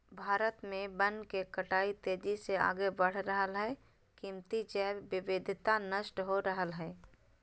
भारत में वन के कटाई तेजी से आगे बढ़ रहल हई, कीमती जैव विविधता नष्ट हो रहल हई